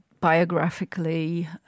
biographically